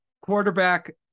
quarterback